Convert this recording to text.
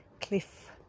Cliff